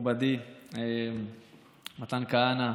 מכובדי מתן כהנא,